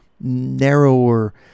narrower